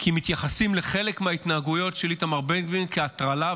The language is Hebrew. כי מתייחסים לחלק מההתנהגויות של איתמר בן גביר כהטרלה,